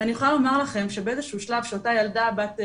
ואני יכולה לומר לכם שבאיזה שהוא שלב שאותה ילדה בת ...,